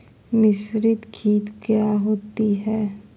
मिसरीत खित काया होती है?